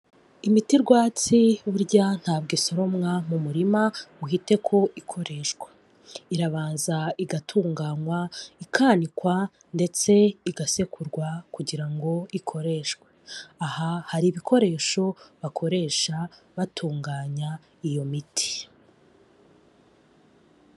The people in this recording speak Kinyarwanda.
Imiti rwatsi burya ntabwo isoromwa mu murima ngo ihite ko ikoreshwa. Irabanza igatunganywa, ikanikwa ndetse igasekurwa kugira ngo ikoreshwe. Aha hari ibikoresho bakoresha batunganya iyo miti.